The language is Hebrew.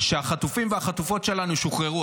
כשהחטופים והחטופות שלנו שוחררו,